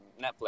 Netflix